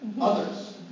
Others